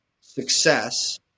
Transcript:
success